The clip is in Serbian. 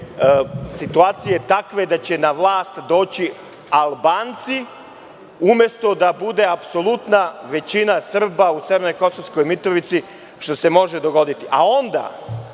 situacije takve da će na vlast doći Albanci, umesto da bude apsolutna većina Srba u severnoj Kosovskoj Mitrovici, što se može dogoditi.